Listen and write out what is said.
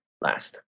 last